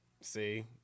See